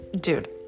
dude